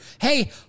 hey